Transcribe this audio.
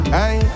Hey